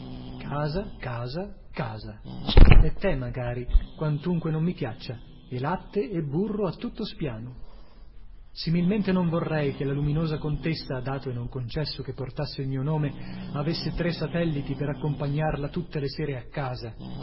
casa casa casa e tè magari quantunque non mi piaccia e latte e burro a tutto spiano similmente non vorrei che la luminosa contessa dato e non concesso che portasse il mio nome avesse tre satelliti per accompagnarla tutte le sere a casa